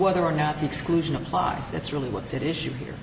whether or not the exclusion of bodies that's really what's at issue here